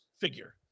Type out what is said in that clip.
figure